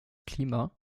klima